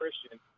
Christian